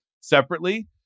separately